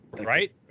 right